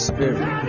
Spirit